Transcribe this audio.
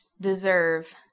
Deserve